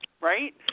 right